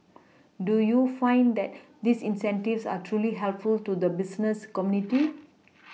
do you find that these incentives are truly helpful to the business community